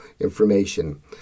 information